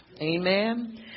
Amen